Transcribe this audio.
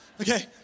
Okay